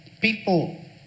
people